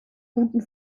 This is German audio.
guten